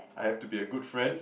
I have to be a good friend